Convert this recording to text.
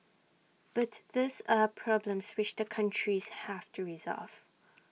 but these are problems which the countries have to resolve